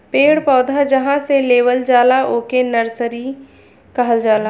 पेड़ पौधा जहां से लेवल जाला ओके नर्सरी कहल जाला